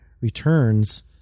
returns